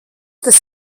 tas